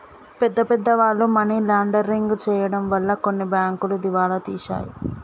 పెద్ద పెద్ద వాళ్ళు మనీ లాండరింగ్ చేయడం వలన కొన్ని బ్యాంకులు దివాలా తీశాయి